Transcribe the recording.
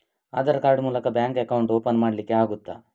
Aadhaar card ಮೂಲಕ bank account open ಮಾಡಲಿಕ್ಕೆ ಆಗುತಾ?